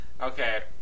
Okay